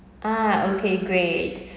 ah okay great